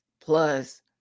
plus